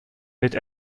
mit